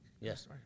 Yes